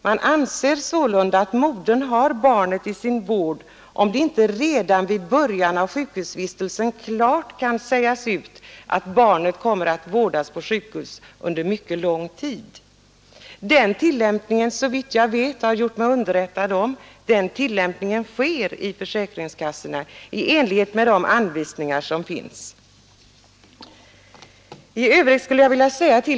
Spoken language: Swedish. Man anser sålunda att modern har barnet i sin vård om det inte redan vid början av sjukhusvistelsen klart kan sägas ut att barnet kommer att vårdas på sjukhus under mycket lång tid. Såvitt jag har kunnat göra mig underrättad sker den tillämpningen i försäkringskassorna i enlighet med de anvisningar som finns.